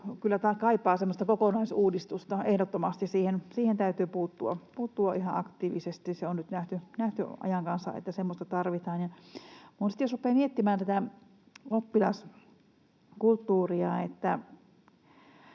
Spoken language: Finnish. kyllä kaipaa semmoista kokonaisuudistusta, ehdottomasti, siihen täytyy puuttua ihan aktiivisesti. Se on nyt nähty ajan kanssa, että semmoista tarvitaan. Sitten jos rupeaa miettimään tätä oppilaskulttuuria,